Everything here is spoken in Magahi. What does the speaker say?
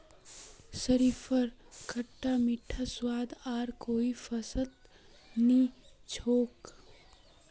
शरीफार खट्टा मीठा स्वाद आर कोई फलत नी छोक